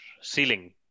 ceiling